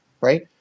right